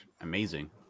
amazing